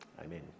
Amen